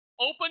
open